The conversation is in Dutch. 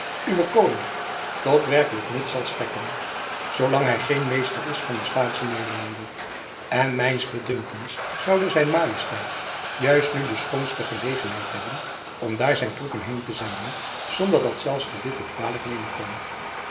koning tot werkelijk nut zal strekken zoolang hy geen meester is van de spaansche nederlanden en mijns bedunkens zoude zijn majesteit juist nu de schoonste gelegenheid hebben om daar zijn troepen heen te zenden zonder dat zelfs de witt het kwalijk nemen kon